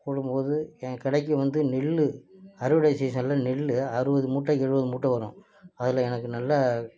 ஓடும் போது என் கடைக்கு வந்து நெல் அறுவடை சீசனில் நெல் அறுபது மூட்டை எழுபது மூட்டை வரும் அதில் எனக்கு நல்ல